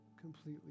completely